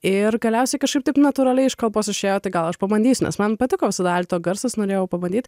ir galiausiai kažkaip taip natūraliai iš kalbos išėjo tai gal aš pabandysiu nes man patiko visada alto garsas norėjau pabandyti